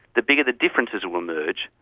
the bigger the differences will emerge.